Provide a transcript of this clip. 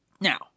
Now